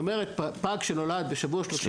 זאת אומרת, פג שנולד בשבוע 34,